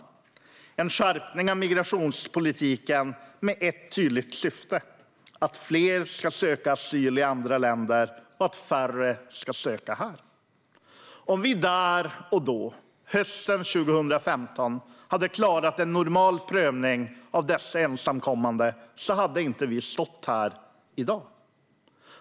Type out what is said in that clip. Det var en skärpning av migrationspolitiken med ett tydligt syfte: att fler ska söka asyl i andra länder och att färre ska söka här. Om vi där och då, hösten 2015, hade klarat en normal prövning av dessa ensamkommande hade vi inte stått här i dag.